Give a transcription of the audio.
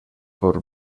por